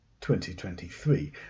2023